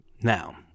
Now